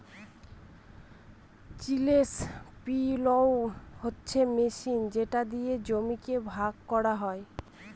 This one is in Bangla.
চিসেল পিলও হচ্ছে মেশিন যেটা দিয়ে জমিকে ভাগ করা হয়